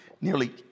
nearly